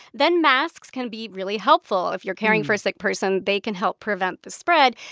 then masks can be really helpful. if you're caring for a sick person, they can help prevent the spread.